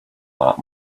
that